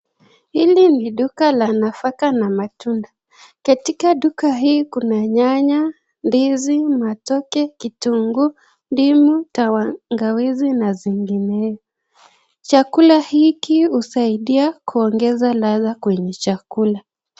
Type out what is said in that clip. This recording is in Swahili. Hili ni duka la nafaka na matunda. Katika duka hili kuna nyanya, ndizi , matoke, kitunguu, ndimu, tangawizi na zinginezo. Chakula hiki husaidia kuongeza ladha kwsnye chakula.